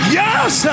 yes